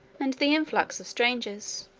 and the influx of strangers.